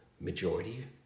majority